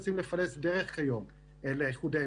אנשים מצוינים ואיכותיים מאוד,